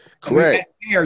Correct